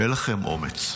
אין לכם אומץ.